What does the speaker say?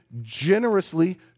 generously